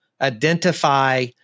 identify